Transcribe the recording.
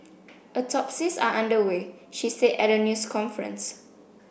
autopsies are under way she said at a news conference